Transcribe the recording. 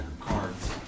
cards